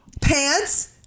Pants